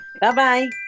Bye-bye